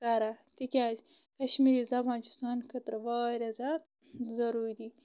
تِکیازِ کشمیٖری زبان چھِ سانہ خٲطرٕ واریاہ زیادٕ ضروٗری